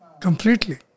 completely